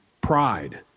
pride